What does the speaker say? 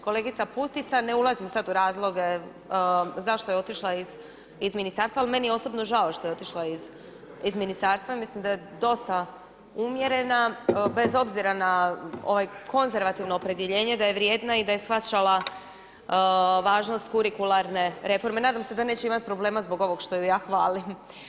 Kolegica Putica ne ulazim sad u razloge zašto je otišla iz ministarstva ali meni je osobno žao što otišla iz ministarstva, mislim da je dosta umjerena bez obzira ovaj, konzervativno opredjeljenje, da je vrijedna i da je shvaćala važnost kurikularne reforme, nadam se da neće imati problema zbog ovog što je ja hvalim.